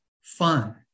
fun